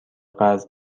قرض